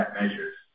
measures